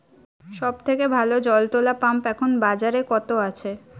সব থেকে ভালো জল তোলা পাম্প এখন বাজারে কত আছে?